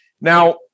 Now